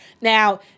now